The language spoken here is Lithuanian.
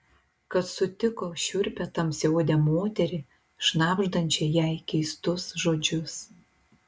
kad sutiko šiurpią tamsiaodę moterį šnabždančią jai keistus žodžius